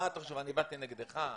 אתה חושב שבאתי נגדך?